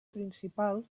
principal